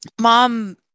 Mom